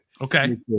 Okay